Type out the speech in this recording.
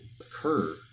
occur